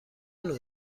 نوع